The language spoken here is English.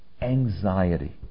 anxiety